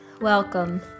Welcome